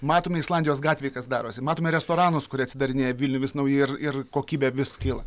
matome islandijos gatvėj kas darosi matome restoranus kurie atsidarinėja vilniuje vis nauji ir ir kokybė vis kyla